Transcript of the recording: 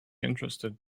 interested